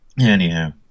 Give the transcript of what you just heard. anyhow